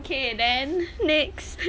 okay then next